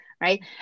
right